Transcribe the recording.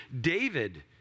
David